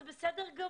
זה בסדר גמור,